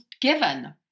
given